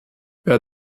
wer